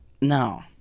No